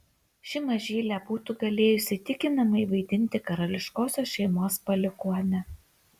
ši mažylė būtų galėjusi įtikinamai vaidinti karališkosios šeimos palikuonę